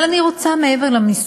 אבל אני רוצה, מעבר למספרים,